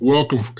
Welcome